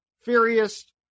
Furious